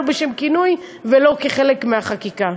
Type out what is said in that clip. לא בשם כינוי ולא כחלק מהחקיקה.